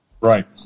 Right